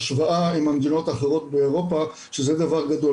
השוואה עם המדינות האחרות באירופה, שזה דבר גדול.